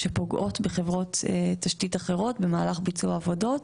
שפוגעות בחברות תשתית אחרות במהלך ביצוע העבודות.